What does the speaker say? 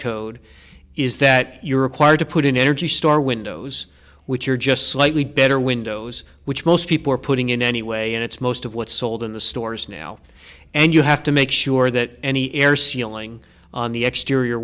code is that you're required to put in energy star windows which are just slightly better windows which most people are putting in anyway and it's most of what sold in the stores now and you have to make sure that any air sealing on the